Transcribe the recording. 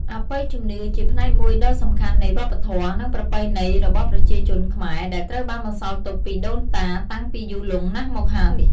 អបិយជំនឿជាផ្នែកមួយដ៏សំខាន់នៃវប្បធម៌ និងប្រពៃណីរបស់ប្រជាជនខ្មែរ ដែលត្រូវបានបន្សល់ទុកពីដូនតាតាំងពីយូរលង់ណាស់មកហើយ។